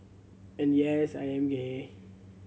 and yes I am gay